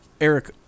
Eric